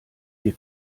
wir